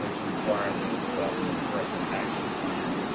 to to require the development of corrective action plan.